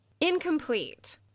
incomplete